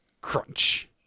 crunch